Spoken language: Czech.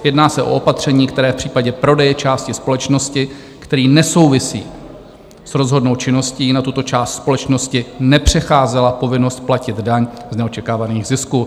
Jedná se o opatření, které v případě prodeje části společnosti, který nesouvisí s rozhodnou činností na tuto část společnosti, nepřecházela povinnost platit daň z neočekávaných zisků.